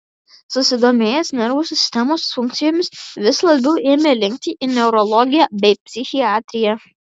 susidomėjęs nervų sistemos funkcijomis vis labiau ėmė linkti į neurologiją bei psichiatriją